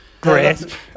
Great